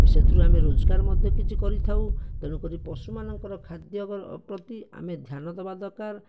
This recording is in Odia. ସେଥିରୁ ଆମେ ରୋଜଗାର ମଧ୍ୟ କିଛି କରିଥାଉ ତେଣୁ କରି ପଶୁ ମାନଙ୍କର ଖାଦ୍ୟ ପ୍ରତି ଆମେ ଧ୍ୟାନ ଦେବା ଦରକାର